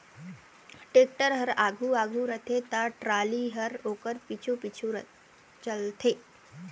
tractor हर आघु आघु रहथे ता टराली हर ओकर पाछू पाछु चलथे